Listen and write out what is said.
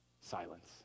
Silence